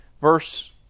verse